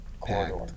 corridor